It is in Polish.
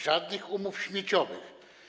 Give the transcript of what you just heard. Żadnych umów śmieciowych.